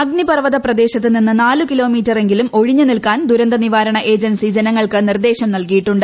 അഗ്നി പർവ്വത പ്രദേശൃത്ത് നീന്ന് നാലു കിലോമീറ്റർ എങ്കിലും ഒഴിഞ്ഞ് നിൽക്കാൻ ദുര്യ്ക്ക് നിവാരണ ഏജൻസി ജനങ്ങൾക്ക് നിർദ്ദേശം നൽകിയിട്ടുണ്ട്